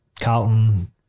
Carlton